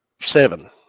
seven